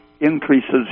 increases